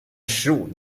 十五